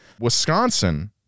Wisconsin